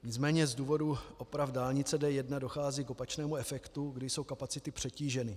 Nicméně z důvodu oprav dálnice D1 dochází k opačnému efektu, kdy jsou kapacity přetíženy.